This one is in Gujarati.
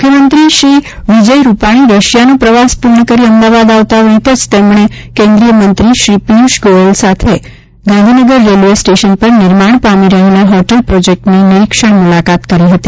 મુખ્યમંત્રી શ્રી વિજય રૂપાણી રશિયાનો પ્રવાસ પૂર્ણ કરી અમદાવાદ આવતાં વેત જ તેમણે કેન્દ્રીય મંત્રી શ્રી પીયુષ ગોયલજી સાથે ગાંધીનગર રેલવે સ્ટેશન પર નિર્માણ પામી રહેલા હોટલ પ્રોજેક્ટની નિરીક્ષણ મુલાકાત કરી હતી